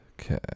Okay